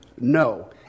No